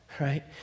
right